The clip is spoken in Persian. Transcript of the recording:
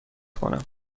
کنم